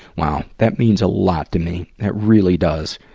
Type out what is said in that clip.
wow. that means a lot to me. that really does.